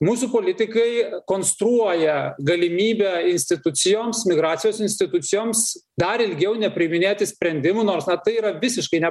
mūsų politikai konstruoja galimybę institucijoms migracijos institucijoms dar ilgiau nepriiminėti sprendimų nors na tai yra visiškai ne